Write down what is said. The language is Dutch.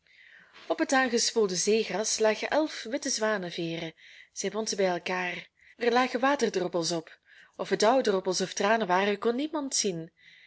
op het aangespoelde zeegras lagen elf witte zwaneveeren zij bond ze bij elkaar er lagen waterdroppels op of het dauwdroppels of tranen waren kon niemand